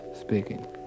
speaking